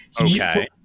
Okay